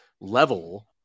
level